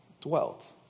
dwelt